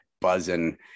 buzzing